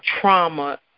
trauma